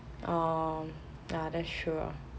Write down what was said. oh ya that's true ah